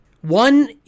one